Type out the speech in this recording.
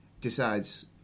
decides